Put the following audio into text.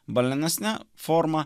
balionus ne formą